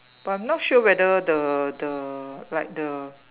but I'm not sure whether the the like the